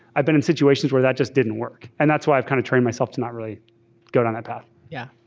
i've been in situations where that just didn't work. and that's why i've kind of trained myself to not really go down that path. yeah